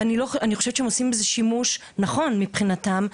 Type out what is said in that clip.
ואני חושבת שהם עושים בזה שימוש נכון מבחינתם.